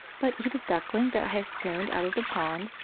but eat a duckling that i have stoned out of the pond,